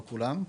לא כולן,